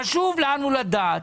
חשוב לנו לדעת: